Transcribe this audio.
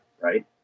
right